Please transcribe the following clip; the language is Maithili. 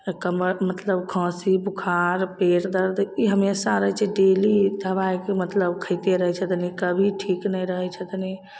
कमरमे मतलब खाँसी बुखार पेट दर्द ई हमेशा रहैत छै डेली दबाइके मतलब खयते रहैत छथिन कभी ठीक नहि रहैत छथिन